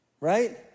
right